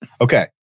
Okay